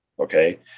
Okay